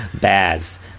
Baz